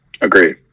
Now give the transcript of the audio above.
Agreed